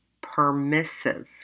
permissive